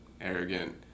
arrogant